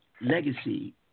legacy